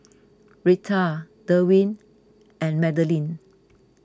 Rita Derwin and Madeline